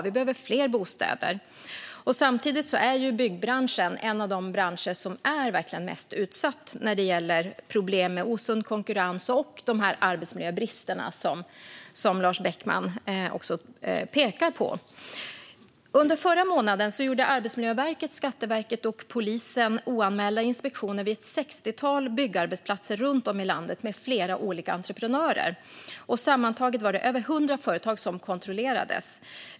Vi behöver fler bostäder. Samtidigt är byggbranschen en av de branscher som verkligen är mest utsatta när det gäller problem med osund konkurrens och arbetsmiljöbrister. Under förra månaden gjorde Arbetsmiljöverket, Skatteverket och polisen oanmälda inspektioner vid ett sextiotal byggarbetsplatser runt om i landet hos flera olika entreprenörer. Sammantaget var det över 100 företag som kontrollerades.